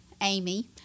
Amy